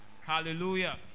Hallelujah